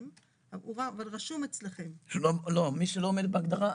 אבל רשום אצלכם --- מי שלא עומד בהגדרה,